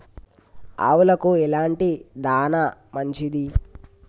ఆవులకు ఎలాంటి దాణా మంచిది?